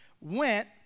went